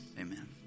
amen